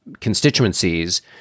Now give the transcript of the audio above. constituencies